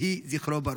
יהי זכרו ברוך.